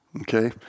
Okay